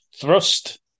thrust